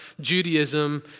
Judaism